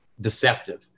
deceptive